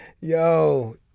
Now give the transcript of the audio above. Yo